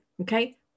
okay